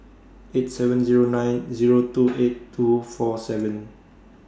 eight seven Zero nine Zero two eight two four seven